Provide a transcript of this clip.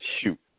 shoot